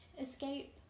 escape